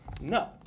No